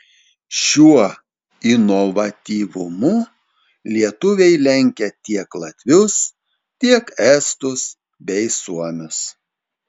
šiuo inovatyvumu lietuviai lenkia tiek latvius tiek estus bei suomius